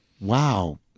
Wow